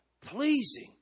pleasing